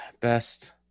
Best